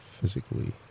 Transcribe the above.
physically